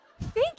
Thank